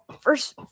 first